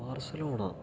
Barcelona